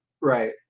Right